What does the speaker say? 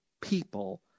people